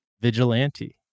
vigilante